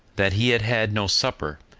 that he had had no supper,